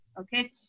Okay